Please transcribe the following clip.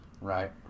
Right